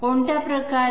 कोणत्या प्रकारे